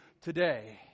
today